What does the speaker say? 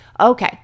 okay